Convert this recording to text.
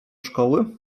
szkoły